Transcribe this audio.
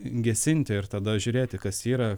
gesinti ir tada žiūrėti kas yra